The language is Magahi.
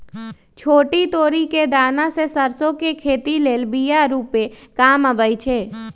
छोट तोरि कें दना से सरसो के खेती लेल बिया रूपे काम अबइ छै